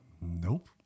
nope